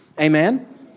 Amen